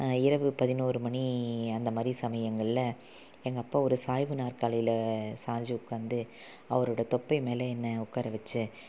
இரவு பதினோரு மணி அந்தமாதிரி சமயங்களில் எங்கள் அப்பா ஒரு சாய்வு நாற்காலியில் சாய்ஞ்சி உட்காந்து அவரோடய தொப்பை மேல் என்னை உட்கார வெச்சு